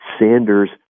Sanders